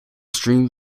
stream